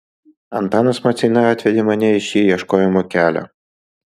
antanas maceina atvedė mane į šį ieškojimo kelią